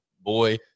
boy